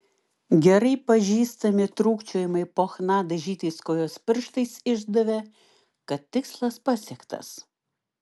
gerai pažįstami trūkčiojimai po chna dažytais kojos pirštais išdavė kad tikslas pasiektas